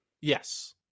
Yes